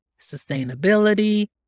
sustainability